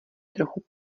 trochu